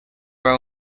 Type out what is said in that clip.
row